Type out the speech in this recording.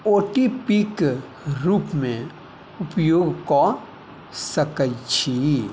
ओ T P क रूप मे उपयोग कऽ सकै छी